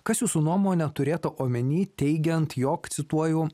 kas jūsų nuomone turėta omeny teigiant jog cituoju